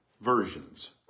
versions